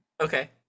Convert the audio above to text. Okay